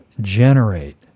generate